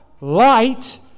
Light